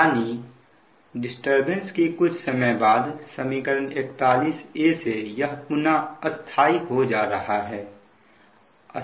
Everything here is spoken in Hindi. यानी डिस्टरबेंस के कुछ समय बाद समीकरण 41 से यह पुनः स्थाई हो जा रहा है